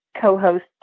co-host